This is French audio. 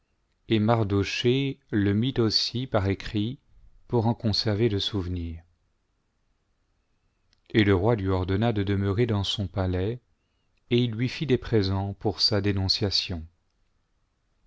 et mardochée le mit aussi par écrit pour en conserver le souvenir et le roi lui ordonna de demeurer dans son palais et il lui fit des présents pour sa dénonciation